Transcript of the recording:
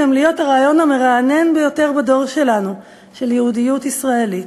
גם להיות הרעיון המרענן ביותר בדור שלנו של יהודיות ישראלית.